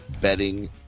betting